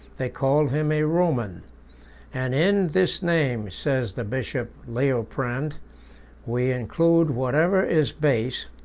they called him a roman and in this name, says the bishop liutprand, we include whatever is base,